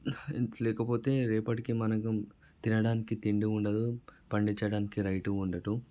లేకపోతే రేపటికి మనకు తినడానికి తిండి ఉండదు పండించడానికి రైతు ఉండడు